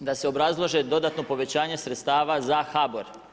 da se obrazlože dodatno povećanje sredstava za HBOR.